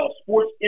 sports